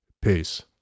Peace